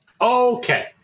Okay